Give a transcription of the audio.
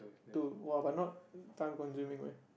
to !wah! but not time consuming meh